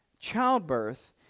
childbirth